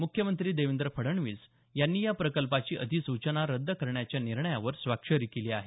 मुख्यमंत्री देवेंद्र फडणवीस यांनी या प्रकल्पाची अधिसूचना रद्द करण्याच्या निर्णयावर स्वाक्षरी केली आहे